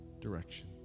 direction